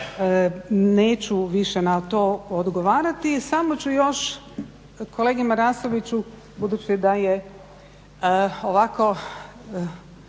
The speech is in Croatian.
neću više na to odgovarati, samo ću još kolegi Marasoviću budući da je ovako